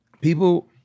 people